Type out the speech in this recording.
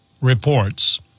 reports